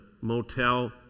motel